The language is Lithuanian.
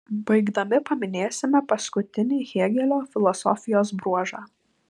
baigdami paminėsime paskutinį hėgelio filosofijos bruožą